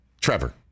Trevor